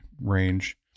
range